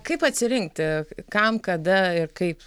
kaip atsirinkti kam kada ir kaip